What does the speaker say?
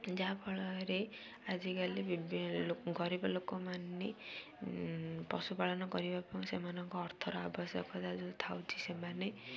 ଯାହାଫଳରେ ଆଜିକାଲିର ଗରିବ ଲୋକମାନେ ପଶୁପାଳନ କରିବା ପାଇଁ ସେମାନଙ୍କ ଅର୍ଥର ଆବଶ୍ୟକତା ଯେଉଁ ଥାଉଛି ସେମାନେ